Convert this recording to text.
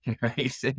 right